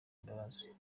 imbabazi